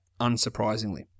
unsurprisingly